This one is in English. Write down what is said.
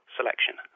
selection